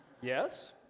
Yes